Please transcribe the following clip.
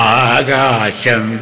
agasam